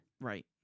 Right